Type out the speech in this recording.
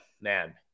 man